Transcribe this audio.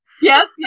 Yes